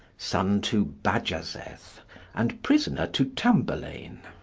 son to bajazeth, and prisoner to tamburlaine.